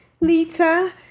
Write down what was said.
Lita